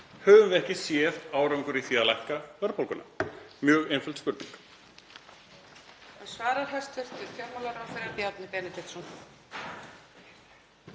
höfum við ekki séð árangur í því að lækka verðbólguna? Mjög einföld spurning.